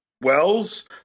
Wells